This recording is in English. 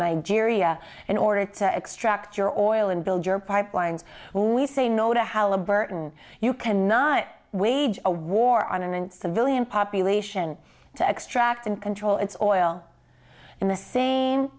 nigeria in order to extract your oil and build your pipelines we say no to halliburton you cannot wage a war on and civilian population to extract and control its oil in the same